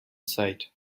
sight